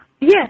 Yes